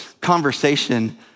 conversation